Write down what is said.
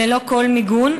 ללא כל מיגון,